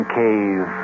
cave